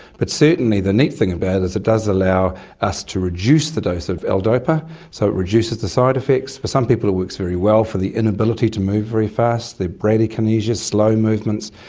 but certainly the neat thing about it is that it does allow us to reduce the dose of l-dopa so it reduces the side effects. for some people it works very well for the inability to move very fast, the bradykinesia, slow movements,